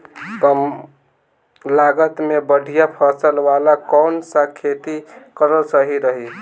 कमलागत मे बढ़िया फसल वाला कौन सा खेती करल सही रही?